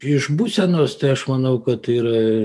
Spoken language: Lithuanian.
iš būsenos tai aš manau kad tai yra